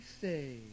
say